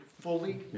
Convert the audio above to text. fully